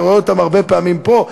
אתה רואה אותם הרבה פעמים פה,